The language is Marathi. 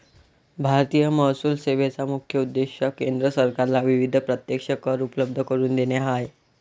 भारतीय महसूल सेवेचा मुख्य उद्देश केंद्र सरकारला विविध प्रत्यक्ष कर उपलब्ध करून देणे हा आहे